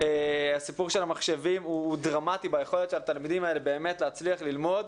הסיפור של המחשבים הוא דרמטי ביכולת של התלמידים האלה להצליח ללמוד.